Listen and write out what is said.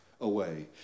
away